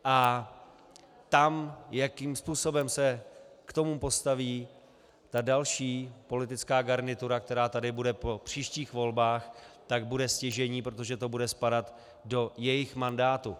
A to, jakým způsobem se k tomu postaví další politická garnitura, která tady bude po příštích volbách, bude stěžejní, protože to bude spadat do jejich mandátu.